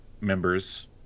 members